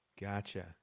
gotcha